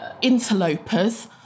interlopers